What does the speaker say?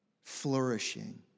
flourishing